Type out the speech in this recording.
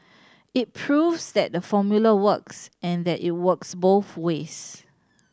it proves that the formula works and that it works both ways